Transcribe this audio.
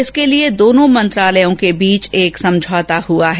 इसके लिए दोनो मंत्रालयों के बीच एक समझौता हुआ है